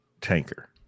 tanker